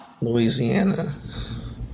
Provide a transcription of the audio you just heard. Louisiana